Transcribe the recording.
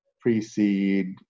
pre-seed